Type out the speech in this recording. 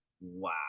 Wow